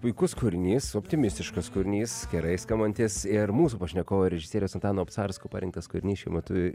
puikus kūrinys optimistiškas kūrinys gerai skambantis ir mūsų pašnekovo režisieriaus antano obcarsko parinktas kūrinys šiuo metu